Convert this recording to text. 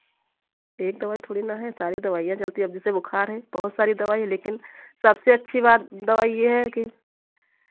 एक दवाई थोड़ी ना है सारी दवाइयाँ चलती हैं अब जैसे बुखार है बहुत सारी दवाई है लेकिन सबसे अच्छी बात दवाई ये है कि